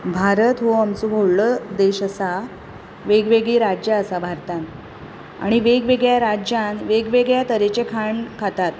भारत हो आमचो व्हडलो देश आसा वेगवेगळीं राज्यां आसात भारतांत आनी वेगवेगळ्या राज्यांत वेगवेगळ्या तरेचे खाण खातात